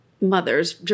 mothers